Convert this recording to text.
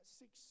six